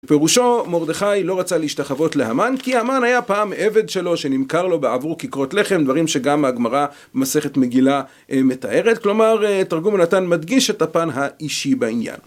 פירושו מרדכי לא רצה להשתחבות להאמן, כי האמן היה פעם עבד שלו שנמכר לו בעבור קקרות לחם, דברים שגם ההגמרה במסכת מגילה מתארת, כלומר, תרגום נתן מדגיש את הפן האישי בעניין.